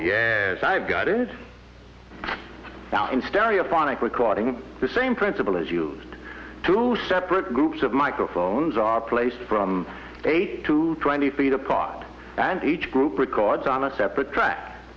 as i've got it down in stereophonic recording the same principle as used to separate groups of microphones are placed from eight to twenty feet apart and each group records on a separate track